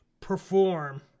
perform